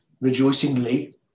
Rejoicingly